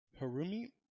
Harumi